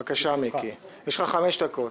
בבקשה, מיקי, יש לך חמש דקות.